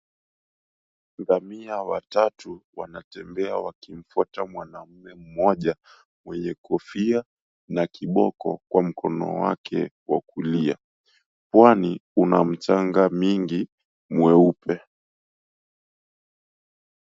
Ngamia watatu wanatembea wakimfuata mwanaume mmoja mwenye kofia na kiboko kwa mkono wake wa kulia. Pwani kuna mchanga mwingi mweupe.